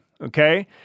okay